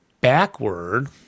Backward